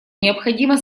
необходимо